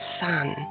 sun